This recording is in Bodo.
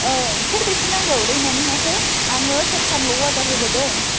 औ सेरबेसे नांगौ दैमानि नाखौ आङो सेरथामल' अर्दार होबोदों